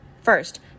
First